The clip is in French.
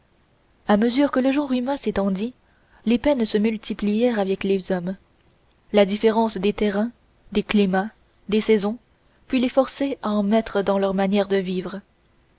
à mesure que le genre humain s'étendit les peines se multiplièrent avec les hommes la différence des terrains des climats des saisons put les forcer à en mettre dans leurs manières de vivre